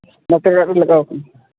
doctor ᱚᱲᱟᱜ ᱨᱮ ᱞᱟᱜᱟᱣ ᱠᱟᱱᱟ